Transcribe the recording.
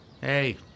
Hey